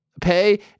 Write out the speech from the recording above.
pay